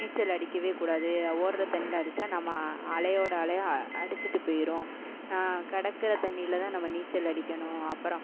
நீச்சல் அடிக்கவேக்கூடாது ஓடுற தண்ணியில் அடித்தா நம்ம அலையோடு அலையாக அ அடிச்சுட்டு போயிடும் கிடக்குற தண்ணியில் தான் நம்ம நீச்சல் அடிக்கணும் அப்புறம்